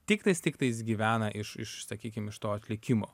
tiktais tiktais gyvena iš iš sakykim iš to atlikimo